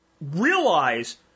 realize